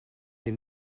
les